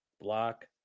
Block